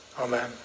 Amen